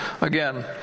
Again